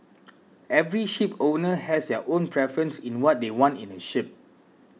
every shipowner has their own preference in what they want in a ship